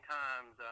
times